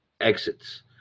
exits